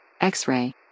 X-ray